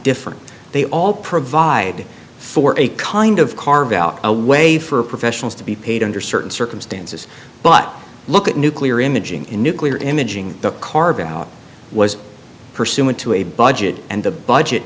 different they all provide for a kind of carve out a way for professionals to be paid under certain circumstances but look at nuclear imaging in nuclear imaging the carve out was pursuant to a budget and the budget